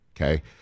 okay